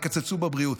יקצצו בבריאות,